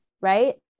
right